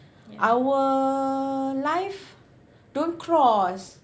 our life don't cross